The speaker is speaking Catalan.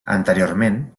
anteriorment